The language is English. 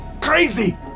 crazy